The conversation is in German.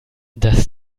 das